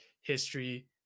history